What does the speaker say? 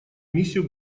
миссию